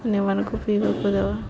ଅନ୍ୟମାନଙ୍କୁ ପିଇବାକୁ ଦେବା